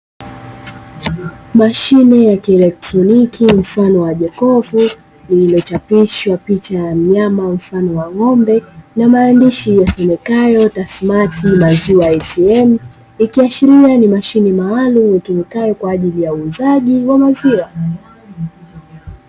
Mashine ya kielektroniki mfano wa jokofu iliyochapishwa picha ya mnyama mfano wa ng'ombe yenye maandishi yasomekayo "Tasmati maziwa ATM", ikishiria ni mashine maalumu itumikayo kwa ajili ya uuzaji wa maziwa.